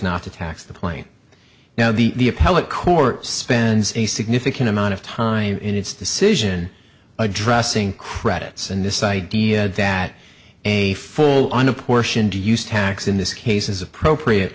not to tax the plane now the appellate court spends a significant amount of time in its decision addressing credits and this idea that a full on a portion to use tax in this case is appropriate